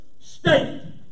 state